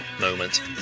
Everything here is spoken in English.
moment